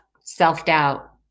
self-doubt